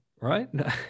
right